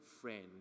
friend